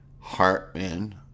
Hartman